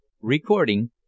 Recording